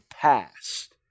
past